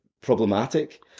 problematic